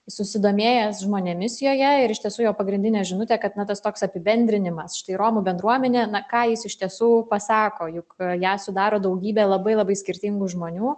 susidomėjęs žmonėmis joje ir iš tiesų jo pagrindinė žinutė kad na tas toks apibendrinimas štai romų bendruomenė na ką jis iš tiesų pasako juk ją sudaro daugybė labai labai skirtingų žmonių